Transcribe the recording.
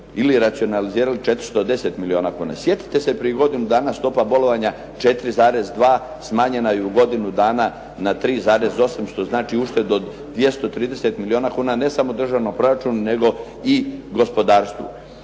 ili racionalizirali 410 milijuna kuna. Sjetite se prije godinu dana, stopa bolovanja 4,2, smanjena je u godinu dana na 3,8, što znači uštedu od 230 milijuna kuna, ne samo državnom proračunu, nego i gospodarstvu.